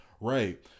Right